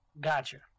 Gotcha